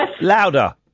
Louder